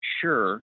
sure